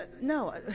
no